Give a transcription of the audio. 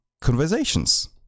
conversations